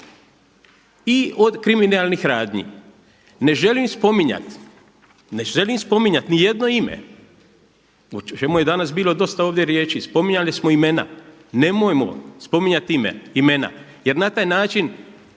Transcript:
i od kriminalnih radnji. Ne želim spominjat, ne želim spominjat ni jedno ime o čemu je danas bilo dosta ovdje riječi. Spominjali smo imena. Nemojmo spominjat imena jer na taj način